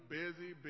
busy